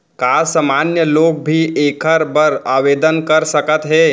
का सामान्य लोग भी एखर बर आवदेन कर सकत हे?